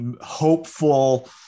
hopeful